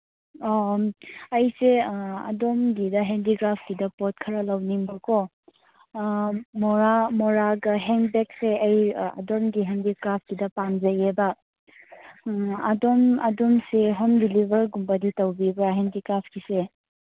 ꯑꯣ ꯑꯩꯁꯦ ꯑꯗꯣꯝꯒꯤꯗ ꯍꯦꯟꯗꯤꯀ꯭ꯔꯥꯐꯀꯤꯗ ꯄꯣꯠ ꯈꯔ ꯂꯧꯅꯤꯡꯕꯀꯣ ꯑꯥ ꯃꯣꯔꯥ ꯃꯣꯔꯥꯒ ꯍꯦꯟ ꯕꯦꯛꯁꯦ ꯑꯩ ꯑꯗꯣꯝꯒꯤ ꯍꯦꯟꯗꯤꯀ꯭ꯔꯥꯐꯒꯤꯗ ꯄꯥꯝꯖꯩꯌꯦꯕ ꯑꯥ ꯑꯗꯣꯝ ꯑꯗꯣꯝꯁꯤ ꯍꯣꯝ ꯗꯤꯂꯤꯚꯔꯒꯨꯝꯕꯗꯤ ꯇꯧꯕꯤꯕ꯭ꯔꯥ ꯍꯦꯟꯗꯤꯀ꯭ꯔꯥꯐꯀꯤꯁꯦ